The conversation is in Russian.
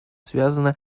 связана